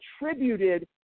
attributed